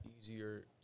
easier